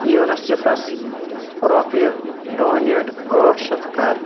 یوٗنِسیٚفس رۄپیہِ ڈونیٹ ٲٹھ شیٚتھ کَر